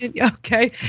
Okay